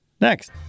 Next